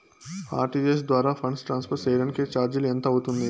RTGS ద్వారా funds transfer సేయడానికి చార్జీలు ఎంత అవుతుంది